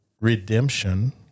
redemption